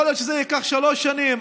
יכול להיות שזה ייקח שלוש שנים,